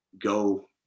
go